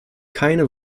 keine